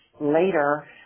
later